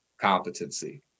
competency